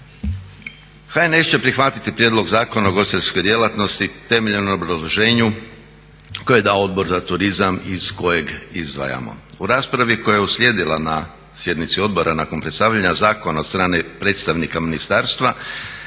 HNS će prihvatiti Prijedlog zakona o ugostiteljskoj djelatnosti temeljnog na obrazloženju koje je dao Odbor za turizam iz kojeg izdvajamo. U raspravi koja je uslijedila na sjednici odbora nakon predstavljanja zakona od strane predstavnika ministarstva,